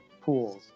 Pools